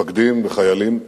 מפקדים וחיילים,